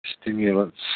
stimulants